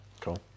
Cool